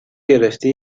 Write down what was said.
گرفته